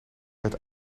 het